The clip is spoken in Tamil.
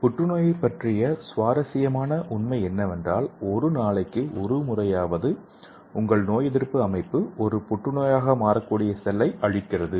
புற்றுநோயைப் பற்றிய சுவாரஸ்யமான உண்மை என்னவென்றால் ஒரு நாளைக்கு ஒரு முறையாவது உங்கள் நோயெதிர்ப்பு அமைப்பு ஒரு புற்று நோயாக மாறக்கூடிய செல்லை அழிக்கிறது